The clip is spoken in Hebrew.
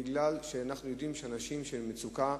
מפני שאנחנו יודעים שאנשים במצוקה,